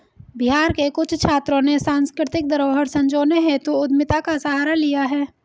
बिहार के कुछ छात्रों ने सांस्कृतिक धरोहर संजोने हेतु उद्यमिता का सहारा लिया है